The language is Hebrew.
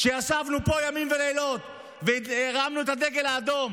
ישבנו פה ימים ולילות והרמנו את הדגל האדום